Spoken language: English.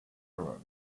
around